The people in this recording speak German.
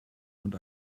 und